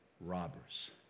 robbers